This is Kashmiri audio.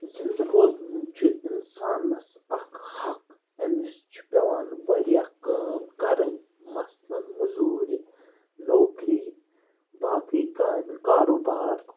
زِندٕ روزنُک چھُ اِنسانَس اَکھ حَق أمِس چھُ پٮ۪وان واریاہ کٲم کَرٕنۍ مثلاً مٔزوٗرۍ نوکری باقٕے کامہِ کاروبار